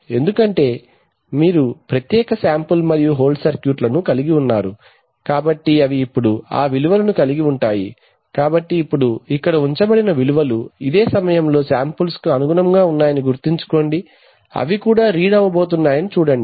ఎందుకంటే మీరు ప్రత్యేక శాంపుల్ మరియు హోల్డ్ సర్క్యూట్లను కలిగి ఉన్నారు కాబట్టి అవి ఇప్పుడు ఆ విలువలను కలిగి ఉంటాయి కాబట్టి ఇప్పుడు ఇక్కడ ఉంచబడిన విలువలు అదే సమయంలో శాంపుల్స్ కు అనుగుణంగా ఉన్నాయని గుర్తుంచుకోండి అవి కూడా రీడ్ అవ్వబోతున్నాయని చూడండి